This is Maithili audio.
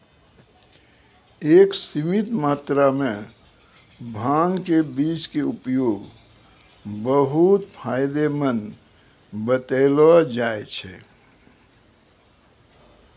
एक सीमित मात्रा मॅ भांग के बीज के उपयोग बहु्त फायदेमंद बतैलो जाय छै